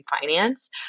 finance